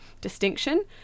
distinction